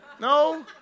no